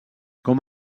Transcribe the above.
com